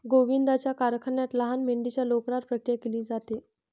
गोविंदाच्या कारखान्यात लहान मेंढीच्या लोकरावर प्रक्रिया केली जाते